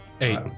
Eight